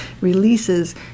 releases